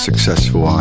Successful